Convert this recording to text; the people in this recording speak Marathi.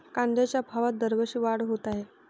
कांद्याच्या भावात दरवर्षी वाढ होत आहे